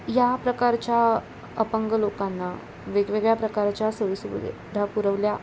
या प्रकारच्या अपंग लोकांना वेगवेगळ्या प्रकारच्या सोयी सुविधा पुरवल्या